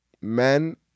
men